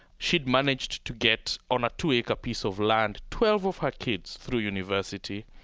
she'd managed to get on a two-acre piece of land twelve of her kids through university.